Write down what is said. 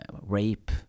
rape